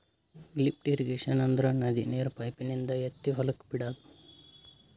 lift irrigation ಅಂದ್ರ ನದಿ ನೀರ್ ಪೈಪಿನಿಂದ ಎತ್ತಿ ಹೊಲಕ್ ಬಿಡಾದು